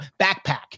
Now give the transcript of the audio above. backpack